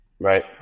Right